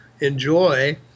enjoy